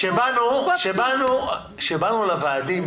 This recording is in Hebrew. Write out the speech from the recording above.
כשבאנו לוועדים,